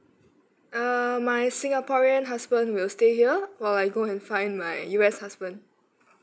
err my singaporean husband will stay here while I go and find my U_S husband